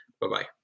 Bye-bye